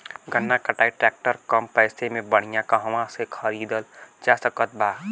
गन्ना कटाई ट्रैक्टर कम पैसे में बढ़िया कहवा से खरिदल जा सकत बा?